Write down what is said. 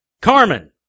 Carmen